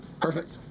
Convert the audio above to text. Perfect